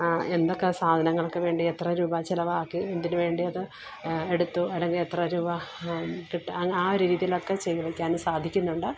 എന്തൊക്കെ സാധനങ്ങൾക്ക് വേണ്ടി എത്ര രൂപ ചെലവാക്കി എന്തിന് വേണ്ടി അത് എടുത്തു അല്ലെങ്കിലെത്ര രൂപ ആ ഒരു രീതിയിലൊക്കെ ചെയ്തുവയ്ക്കാന് സാധിക്കുന്നുണ്ട്